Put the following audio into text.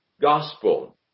gospel